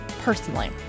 personally